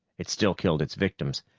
it still killed its victims,